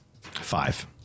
Five